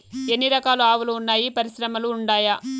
ఎన్ని రకాలు ఆవులు వున్నాయి పరిశ్రమలు ఉండాయా?